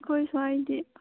ꯑꯩꯈꯣꯏ ꯁ꯭ꯋꯥꯏꯗꯤ